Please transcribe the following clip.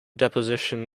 deposition